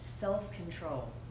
self-control